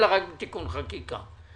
אלא רק בתיקון חקיקה.